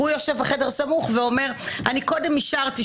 הוא יושב בחדר סמוך ואומר: קודם אישרתי,